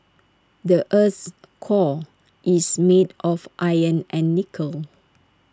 the Earth's core is made of iron and nickel